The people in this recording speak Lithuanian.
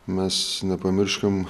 mes nepamirškim